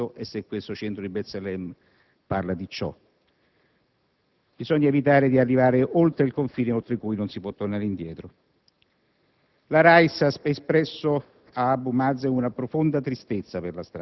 Quindi, c'è qualcosa di più se Grossman dice questo e se il centro di Btselem, parla di ciò. Bisogna evitare di arrivare oltre il confine, oltre cui non si può tornare indietro.